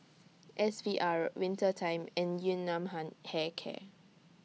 S V R Winter Time and Yun Nam Ham Hair Care